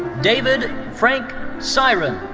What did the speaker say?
david frank cyron.